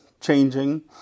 changing